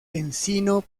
encino